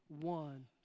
one